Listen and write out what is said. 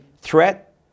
threat